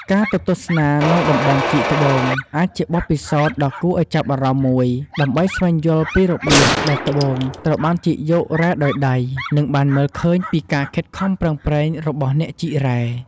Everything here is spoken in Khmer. ការទៅទស្សនានៅតំបន់ជីកត្បូងអាចជាបទពិសោធន៍ដ៏គួរឱ្យចាប់អារម្មណ៍មួយ ដើម្បីស្វែងយល់ពីរបៀបដែលត្បូងត្រូវបានជីកយករ៉ែដោយដៃ និងបានមើលឃើញពីការខិតខំប្រឹងប្រែងរបស់អ្នកជីករ៉ែ។